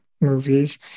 movies